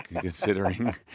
considering